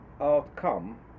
outcome